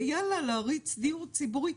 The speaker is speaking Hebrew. יאללה, להריץ דיור ציבורי.